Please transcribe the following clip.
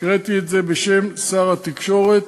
הקראתי את זה בשם שר התקשורת,